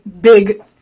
big